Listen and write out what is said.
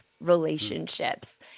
relationships